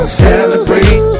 celebrate